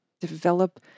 develop